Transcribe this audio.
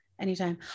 Anytime